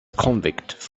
convict